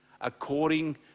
According